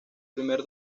primer